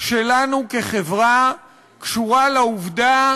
שלנו כחברה קשורה לעובדה